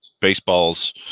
baseball's